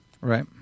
right